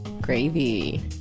Gravy